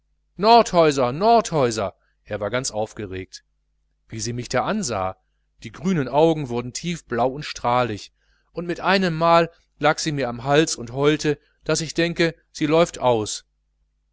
nordhäuser nordhäuser er war ganz aufgeregt wie sie mich da ansah die grünen augen wurden tiefblau und strahlig und mit einem male lag sie mir am halse und heulte daß ich denke sie läuft aus